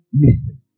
mystery